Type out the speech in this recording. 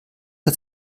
hat